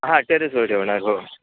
हां टेरेसवर ठेवणार हो